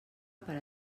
per